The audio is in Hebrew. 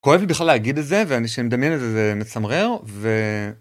כואב לי בכלל להגיד את זה, ושאני מדמיין את זה זה מצמרר, ו...